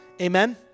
Amen